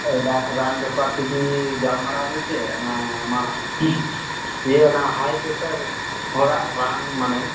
ᱨᱟᱱ ᱵᱮᱯᱟᱨ ᱛᱮᱜᱮ ᱜᱟᱞᱢᱟᱨᱟᱣ ᱫᱚ ᱪᱮᱫ ᱚᱱᱟ ᱢᱟ ᱤᱭᱟᱹ ᱚᱱᱟ ᱦᱟᱭ ᱯᱮᱥᱟᱨ ᱦᱚᱲᱟᱜ ᱨᱟᱱ ᱢᱟᱱᱮ